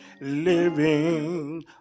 living